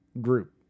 group